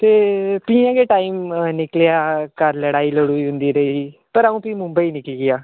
ते प्ही इ'यां गै टाइम निकलेआ घर लड़ाई लड़ूई होंदी रेही पर प्ही अ'ऊं मुंबई निकली गेआ